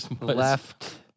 left